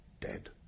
dead